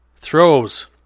Throws